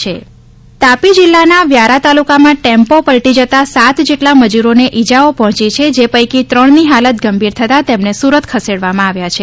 અકસ્માત તાપી જિલ્લાના વ્યારા તાલુકા માં ટેમ્પો પલ્ટી જતાં સાત જેટલા મજૂરોને ઈજાઓ પહોંચી છે જે પૈકી ત્રણ ની હાલત ગંભીર થતાં તેમને સુરત ખસેડવામાં આવ્યા છે